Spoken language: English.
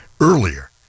earlier